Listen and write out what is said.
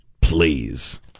please